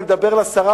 אני מדבר לשרה,